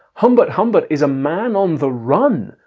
humbert humbert is a man on the run,